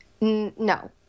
No